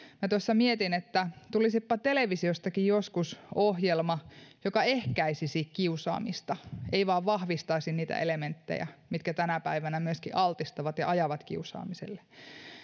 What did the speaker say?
minä tuossa mietin että tulisipa televisiostakin joskus ohjelma joka ehkäisisi kiusaamista ei vain vahvistaisi niitä elementtejä mitkä tänä päivänä myöskin altistavat ja ajavat kiusaamiseen